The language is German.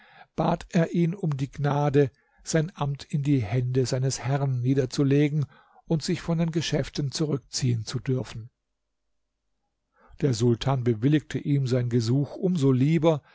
bat er ihn um die gnade sein amt in die hände seines herrn niederzulegen und sich von den geschäften zurückziehen zu dürfen der sultan bewilligte ihm sein gesuch um so lieber